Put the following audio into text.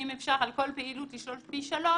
אם אפשר על כל פעילות לשלול פי 3,